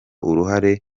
uruhare